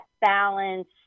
balance